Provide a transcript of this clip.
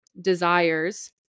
desires